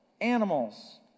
animals